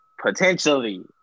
potentially